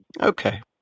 okay